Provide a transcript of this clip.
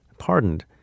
pardoned